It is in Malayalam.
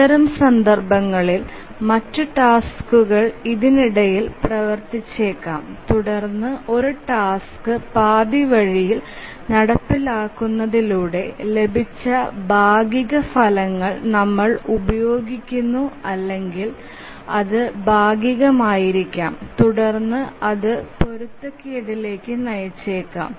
അത്തരം സന്ദർഭങ്ങളിൽ മറ്റ് ടാസ്ക്കുകൾ ഇതിനിടയിൽ പ്രവർത്തിച്ചേക്കാം തുടർന്ന് ഒരു ടാസ്ക് പാതിവഴിയിൽ നടപ്പിലാക്കുന്നതിലൂടെ ലഭിച്ച ഭാഗിക ഫലങ്ങൾ നമ്മൾ ഉപയോഗിക്കുന്നു അല്ലെങ്കിൽ അതു ഭാഗികമായിരിക്കാം തുടർന്ന് അത് പൊരുത്തക്കേടിലേക്ക് നയിച്ചേക്കാം